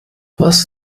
was